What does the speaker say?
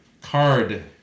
Card